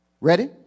Ready